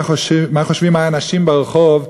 מה חושבים האנשים ברחוב,